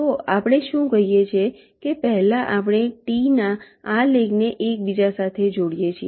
તો આપણે શું કહીએ કે પહેલા આપણે T ના આ લેગ ને એકબીજા સાથે જોડીએ છીએ